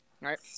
right